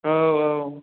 औ औ